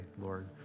Lord